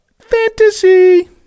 fantasy